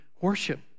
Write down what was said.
worship